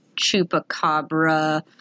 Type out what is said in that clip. chupacabra